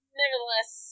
nevertheless